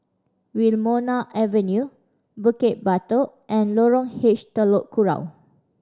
Wilmonar Avenue Bukit Batok and Lorong H Telok Kurau